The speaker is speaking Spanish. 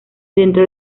dentro